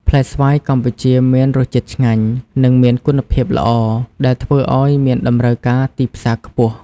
ផ្លែស្វាយកម្ពុជាមានរសជាតិឆ្ងាញ់ និងមានគុណភាពល្អ ដែលធ្វើឲ្យមានតម្រូវការទីផ្សារខ្ពស់។